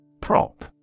Prop